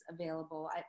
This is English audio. available